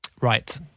right